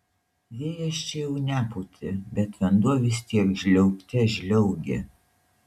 vėjas čia jau nepūtė bet vanduo vis tiek žliaugte žliaugė